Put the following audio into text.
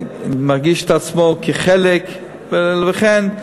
הוא מרגיש את עצמו כחלק, וכן,